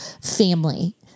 family